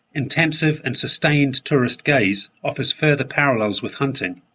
intensive and sustained tourist gaze offers further parallels with hunting.